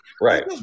Right